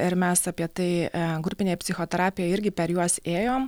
ir mes apie tai grupinėj psichoterapijoj irgi per juos ėjom